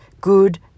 good